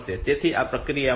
તેથી આ પ્રક્રિયા આ M 6